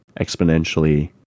exponentially